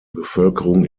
bevölkerung